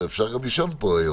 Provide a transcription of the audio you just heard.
אז אפשר גם לישון פה היום.